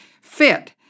fit